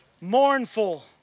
mournful